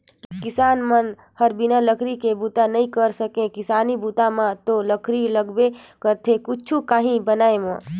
किसान मन हर बिन लकरी के बूता नइ कर सके किसानी बूता म तो लकरी लगबे करथे कुछु काही बनाय म